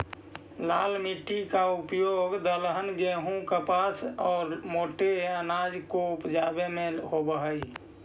लाल मिट्टी का उपयोग दलहन, गेहूं, कपास और मोटे अनाज को उपजावे में होवअ हई